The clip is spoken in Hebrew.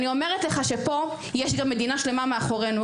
ופה יש גם מדינה שלמה מאחורינו,